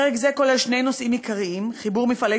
פרק זה כולל שני נושאים עיקריים: חיבור מפעלי